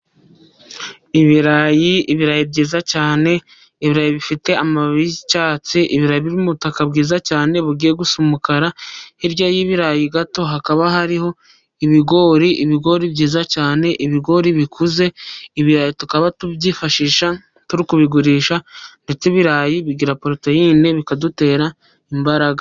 Ibirayi ibirayi byiza cyane ibirayi bifite amababi y'icyatsi, birayi by'ubutaka bwiza cyane bugiye gusa n'umukara, hirya y'ibirayi gato hakaba hariho ibigori, ibigori byiza cyane ibigori bikuze. Ibirayi tukaba tubyifashisha turi kubigurisha ,ndetse ibirayi bigira poroteyine bikadutera imbaraga.